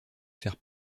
faire